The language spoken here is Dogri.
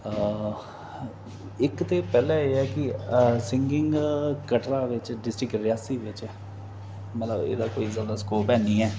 इक ते पैह्लै एह् ऐ कि सिंगिंग कटरा बिच डिस्ट्रिक्ट रियासी बिच मतलब एह्दा कोई जैदा स्कोप है निं ऐ